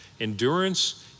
Endurance